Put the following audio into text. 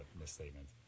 misstatement